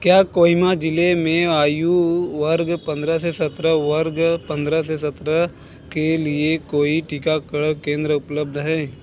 क्या कोहिमा ज़िले में आयु वर्ग पंद्रह से सत्रह वर्ग पंद्रह से सत्रह के लिए कोई टीकाकरण केंद्र उपलब्ध है